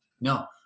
no